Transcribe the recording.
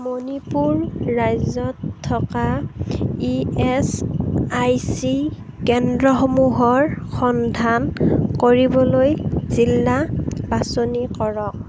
মণিপুৰ ৰাজ্যত থকা E S I C কেন্দ্ৰসমূহৰ সন্ধান কৰিবলৈ জিলা বাছনি কৰক